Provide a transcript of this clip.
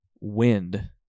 wind